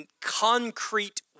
concrete